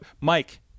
Mike